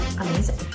Amazing